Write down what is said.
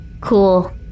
Cool